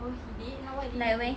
oh he did !huh! what did he do